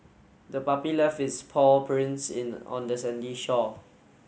the puppy left its paw prints in on the sandy shore